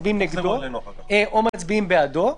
מצביעים נגדו או מצביעים בעדו.